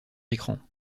écran